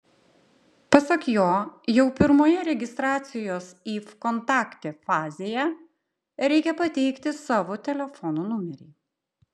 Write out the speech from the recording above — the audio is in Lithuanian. pasak jo jau pirmoje registracijos į vkontakte fazėje reikia pateikti savo telefono numerį